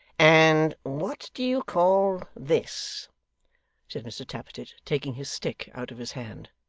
and what do you call this said mr tappertit taking his stick out of his hand.